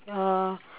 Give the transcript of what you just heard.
uh